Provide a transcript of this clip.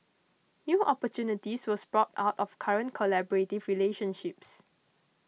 new opportunities will sprout out of current collaborative relationships